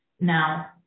now